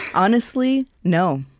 honestly, no,